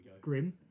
grim